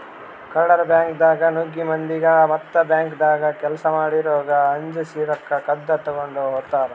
ಕಳ್ಳರ್ ಬ್ಯಾಂಕ್ದಾಗ್ ನುಗ್ಗಿ ಮಂದಿಗ್ ಮತ್ತ್ ಬ್ಯಾಂಕ್ದಾಗ್ ಕೆಲ್ಸ್ ಮಾಡೋರಿಗ್ ಅಂಜಸಿ ರೊಕ್ಕ ಕದ್ದ್ ತಗೊಂಡ್ ಹೋತರ್